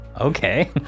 okay